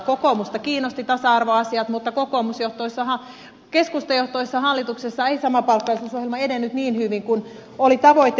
kokoomusta kiinnostivat tasa arvoasiat mutta keskustajohtoisessa hallituksessa ei samapalkkaisuusohjelma edennyt niin hyvin kuin mikä oli tavoite